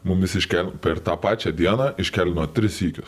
mumis iškel per tą pačią dieną iškeldino tris sykius